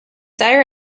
higher